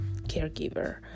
caregiver